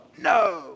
No